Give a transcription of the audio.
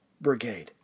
Brigade